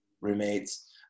roommates